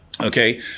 Okay